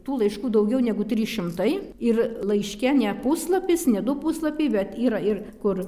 tų laiškų daugiau negu trys šimtai ir laiške ne puslapis ne du puslapiai bet yra ir kur